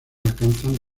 alcanzan